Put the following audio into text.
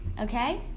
Okay